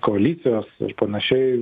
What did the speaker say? koalicijos ir panašiai